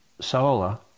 solar